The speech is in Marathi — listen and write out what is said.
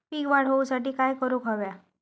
पीक वाढ होऊसाठी काय करूक हव्या?